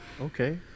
Okay